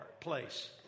place